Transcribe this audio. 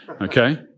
okay